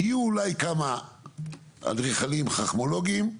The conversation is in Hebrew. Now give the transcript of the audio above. יהיו אולי כמה אדריכלים חכמולוגים,